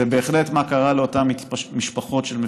זה בהחלט מה קרה לאותן משפחות של מפונים.